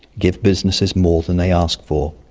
give businesses more than they ask for.